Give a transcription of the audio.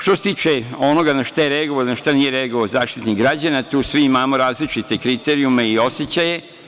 Što se tiče onoga na šta je reagovao, na šta nije reagovao Zaštitnik građana tu svi imamo različite kriterijume i osećaje.